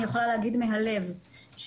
אני רוצה להזמין את מר עמי שמיר,